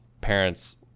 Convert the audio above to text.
parents